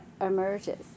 emerges